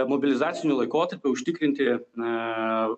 mobilizaciniu laikotarpiu užtikrinti na